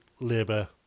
labour